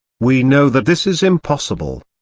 we know that this is impossible.